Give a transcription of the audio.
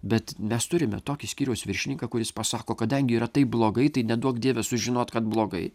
bet mes turime tokį skyriaus viršininką kuris pasako kadangi yra taip blogai tai neduok dieve sužinot kad blogai